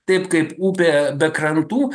taip kaip upė be krantų